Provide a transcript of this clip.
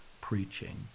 preaching